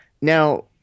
Now